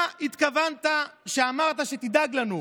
מה התכוונת כשאמרת שתדאג לנו?